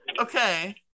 Okay